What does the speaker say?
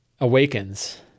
awakens